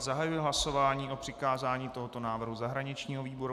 Zahajuji hlasování o přikázání tohoto návrhu zahraničnímu výboru.